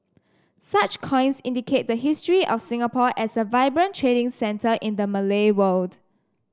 such coins indicate the history of Singapore as a vibrant trading centre in the Malay world